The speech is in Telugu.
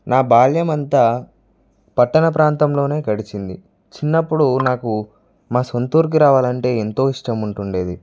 నా బాల్యం అంతా పట్టణ ప్రాంతంలోనే గడిచింది చిన్నప్పుడు నాకు మా సొంత ఊరికి రావాలంటే ఎంతో ఇష్టం ఉంటుండేది